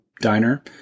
diner